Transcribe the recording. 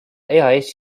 eas